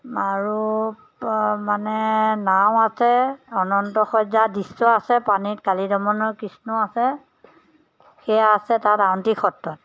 আৰু প মানে নাও আছে অনন্তশয্য়া দৃশ্য আছে পানীত কালীয় দমনৰ কৃষ্ণ আছে সেয়া আছে তাত আউনীআটি সত্ৰত